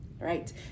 right